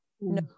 No